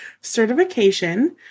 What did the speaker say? certification